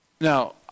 Now